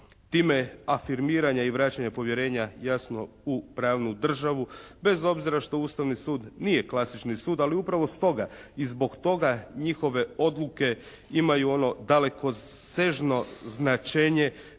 Time afirmiranje i vraćanje povjerenja jasno u pravnu državu, bez obzira što Ustavni sud nije klasični sud. Ali upravo stoga i zbog toga njihove odluke imaju ono dalekosežno značenje